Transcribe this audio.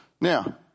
Now